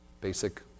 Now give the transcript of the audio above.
basic